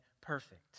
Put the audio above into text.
perfect